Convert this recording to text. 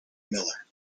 miller